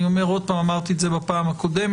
אני אומר עוד פעם, אמרתי את זה בפעם הקודמת,